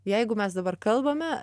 jeigu mes dabar kalbame